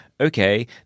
okay